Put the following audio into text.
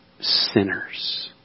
sinners